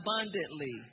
abundantly